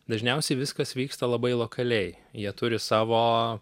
dažniausiai viskas vyksta labai lokaliai jie turi savo